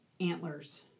antlers